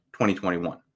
2021